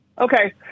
Okay